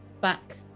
back